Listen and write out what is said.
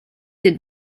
did